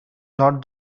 not